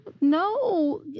No